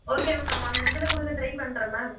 okay ma'am நான் one மந்த்தில் கொடுக்க ட்ரை பண்ணுறேன் மேம்